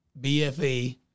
BFE